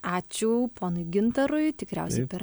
ačiū ponui gintarui tikriausiai per